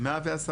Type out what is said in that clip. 110 מיליון?